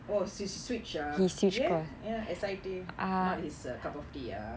oh switch he switch ah ya S_I_T not his cup of tea ah